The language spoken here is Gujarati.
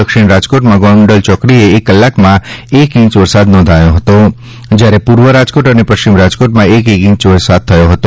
દક્ષિણ રાજકોટમાં ગોંડલ ચોકડીએ એક કલાકમાં એક ઈંચ વરસાદ નોંધાયો હતો જયારે પુર્વ રાજકોટ અને પશ્ચિમ રાજકોટમાં એક એક ઈંચ વરસાદ થયો હતો